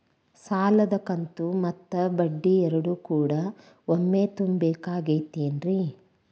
ಸಾಲದ ಕಂತು ಮತ್ತ ಬಡ್ಡಿ ಎರಡು ಕೂಡ ಒಮ್ಮೆ ತುಂಬ ಬೇಕಾಗ್ ತೈತೇನ್ರಿ?